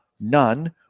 none